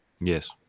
yes